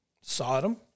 Sodom